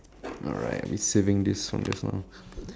alright I've been saving this from just now